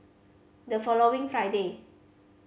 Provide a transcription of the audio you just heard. the following Friday